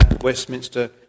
Westminster